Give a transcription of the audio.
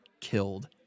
killed